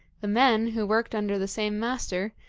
the men, who worked under the same master,